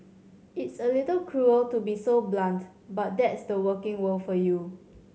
it's a little cruel to be so blunt but that's the working world for you